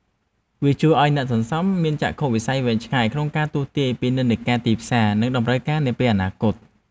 វាជួយឱ្យអ្នកសន្សំមានចក្ខុវិស័យវែងឆ្ងាយ ក្នុងការទស្សន៍ទាយពីនិន្នាការទីផ្សារ និងតម្រូវការនាពេលអនាគត។